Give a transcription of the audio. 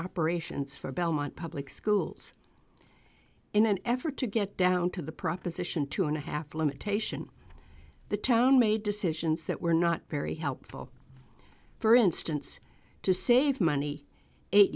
operations for belmont public schools in an effort to get down to the proposition two and a half limitation the town made decisions that were not very helpful for instance to save money eight